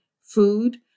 food